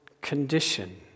condition